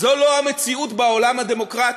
זו לא המציאות בעולם הדמוקרטי.